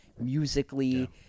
musically